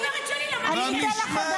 מה במשמרת שלי, למה, אני הייתי השרה?